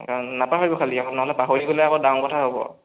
নাপাহৰিব খালি নহ'লে পাহৰি গ'লে আকৌ ডাঙৰ কথা হ'ব